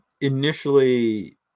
initially